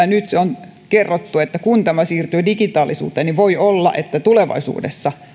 nyt on kerrottu että kun tämä siirtyy digitaalisuuteen niin voi olla että tulevaisuudessa